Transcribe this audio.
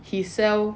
he sell